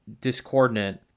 discordant